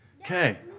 Okay